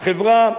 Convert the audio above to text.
החברה,